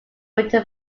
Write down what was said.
winter